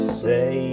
say